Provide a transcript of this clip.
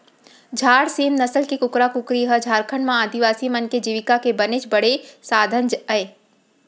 झार सीम नसल के कुकरा कुकरी ह झारखंड म आदिवासी मन के जीविका के बनेच बड़े साधन अय